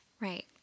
Right